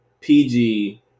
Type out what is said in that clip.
PG